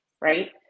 right